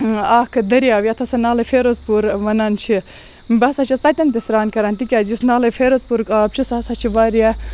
اکھ درۍیاو یَتھ ہَسا نالے فیروز پوٗر وَنان چھِ بہٕ ہَسا چھَس تَتٮ۪ن تہِ سران کران تِکیازِ یُس نالے فیروز پوٗرکۍ آب چھُ سُہ ہَسا چھُ واریاہ